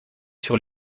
sur